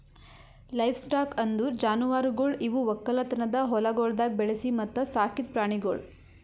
livestock ಅಂದುರ್ ಜಾನುವಾರುಗೊಳ್ ಇವು ಒಕ್ಕಲತನದ ಹೊಲಗೊಳ್ದಾಗ್ ಬೆಳಿಸಿ ಮತ್ತ ಸಾಕಿದ್ ಪ್ರಾಣಿಗೊಳ್